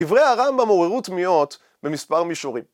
דברי הרמב"ם עוררו תמיהות במספר מישורים